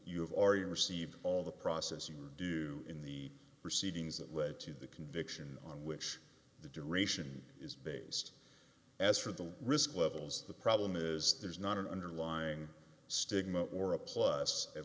have already received all the processing in the proceedings that led to the conviction on which the duration is based as for the risk levels the problem is there's not an underlying stigma or a plus at